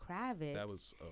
kravitz